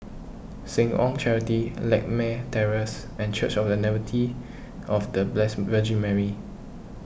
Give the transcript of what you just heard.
Seh Ong Charity Lakme Terrace and Church of the Nativity of the Blessed Virgin Mary